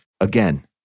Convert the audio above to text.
Again